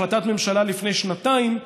החלטת ממשלה לפני שנתיים,